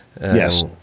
Yes